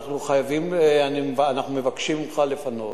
אנחנו מבקשים ממך לפנות.